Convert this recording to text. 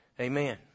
Amen